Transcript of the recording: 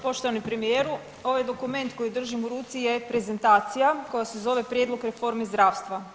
Poštovani premijeru, ovaj dokument koji držim u ruci je prezentacija koja se zove „Prijedlog reformi zdravstva“